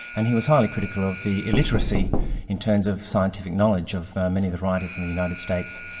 and he was highly critical of the illiteracy in terms of scientific knowledge of many of the writers in the united states,